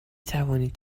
توانید